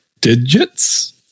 digits